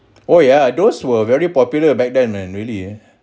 oh yeah those were very popular back then and really ah